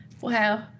Wow